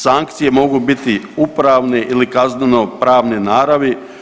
Sankcije mogu biti upravne ili kazneno-pravne naravi.